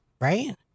right